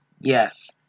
Yes